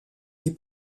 des